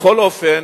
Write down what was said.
בכל אופן,